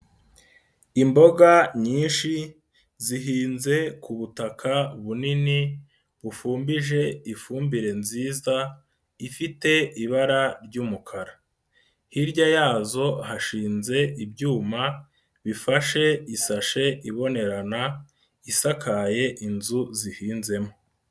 Imboga nyinshi zihinze ku butaka bunini bufumbije ifumbire nziza, ifite ibara ry'umukara. Hirya yazo hashinze ibyuma, bifashe isashe ibonerana, isakaye inzu zihinzemo.